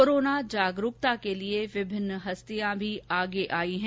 corona जागरूकता के लिए विभिन्न हस्तियां भी आगे आई है